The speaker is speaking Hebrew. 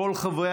כל חברי